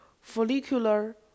follicular